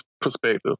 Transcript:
perspective